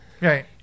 Right